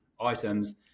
items